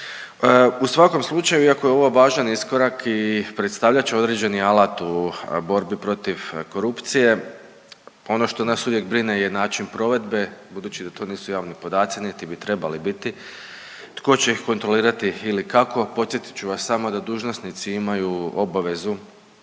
U svakom slučaju iako je ovo važan iskorak i predstavljat će određeni alat u borbi protiv korupcije, ono što nas uvijek brine je način provedbe budući da to nisu javni podaci, niti bi trebali biti, tko će ih kontrolirati ili kako. Podsjetit ću vas samo da dužnosnici imaju obavezu